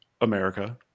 America